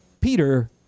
Peter